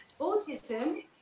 autism